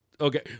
Okay